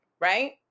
right